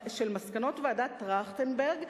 מסקנות ועדת-טרכטנברג,